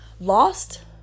Lost